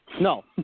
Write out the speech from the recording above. No